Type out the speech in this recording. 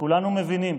וכולנו מבינים: